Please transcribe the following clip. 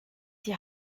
die